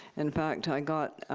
in fact, i got